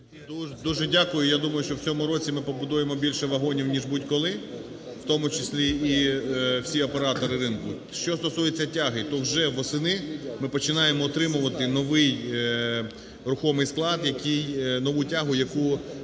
Дуже дякую. Я думаю, що в цьому році ми побудуємо більше вагонів, ніж будь коли, в тому числі і всі оператори ринку. Що стосується тяги, то вже восени ми починаємо отримувати новий рухомий